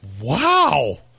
Wow